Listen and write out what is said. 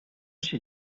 się